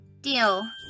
Deal